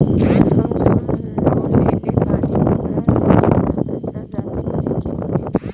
हम जवन लोन लेले बानी वोकरा से कितना पैसा ज्यादा भरे के पड़ेला?